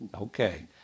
Okay